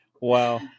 Wow